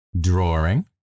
drawing